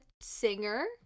singer